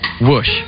Whoosh